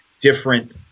different